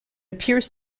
appears